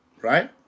right